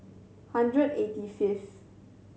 hundred and eighty fifth